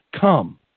come